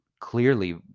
clearly